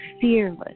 fearless